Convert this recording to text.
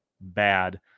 bad